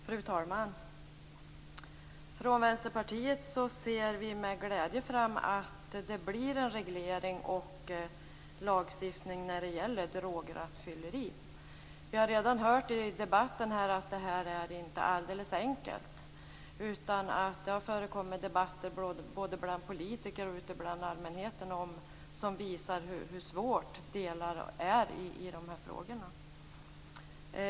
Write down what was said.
Fru talman! Från Vänsterpartiet ser vi med glädje fram mot att det blir en reglering och lagstiftning när det gäller drograttfylleri. Vi har redan hört här i debatten att det inte är alldeles enkelt utan att det har förekommit debatter både bland politiker och bland allmänheten som visar hur svåra de här frågorna är.